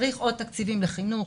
צריך עוד תקציבים לחינוך,